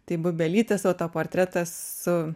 tai bubelytės autoportretas su